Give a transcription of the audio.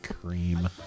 Cream